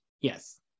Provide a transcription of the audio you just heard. Yes